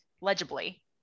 legibly